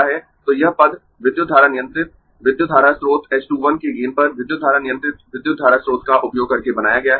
तो यह पद विद्युत धारा नियंत्रित विद्युत धारा स्रोत h 2 1 के गेन पर विद्युत धारा नियंत्रित विद्युत धारा स्रोत का उपयोग करके बनाया गया है